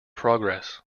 progress